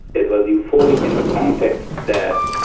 it was euphoric in the context that